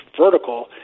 vertical